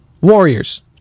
Warriors